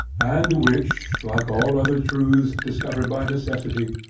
and which, like all other truths discovered by necessity,